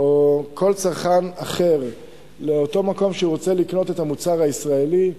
או כשמגיע כל צרכן אחר לאותו מקום שהוא רוצה לקנות את המוצר הישראלי,